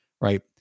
Right